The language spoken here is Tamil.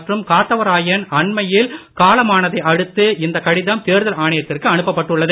மற்றும் காத்தவராயன் அண்மையில் காலமானதையடுத்து இந்தக் கடிதம் தேர்தல் ஆணையத்திற்கு அனுப்பப்பட்டுள்ளது